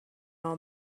all